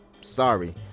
Sorry